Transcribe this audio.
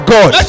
God